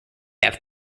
have